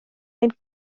ein